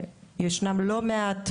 ישנם לא מעט,